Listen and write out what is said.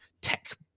tech